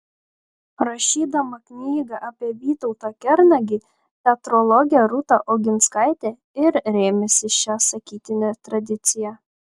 rašydama knygą apie vytautą kernagį teatrologė rūta oginskaitė ir rėmėsi šia sakytine tradicija